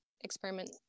experiment